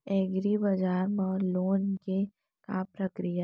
एग्रीबजार मा लोन के का प्रक्रिया हे?